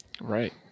Right